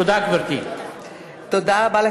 תודה, גברתי.